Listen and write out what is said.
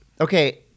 Okay